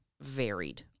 varied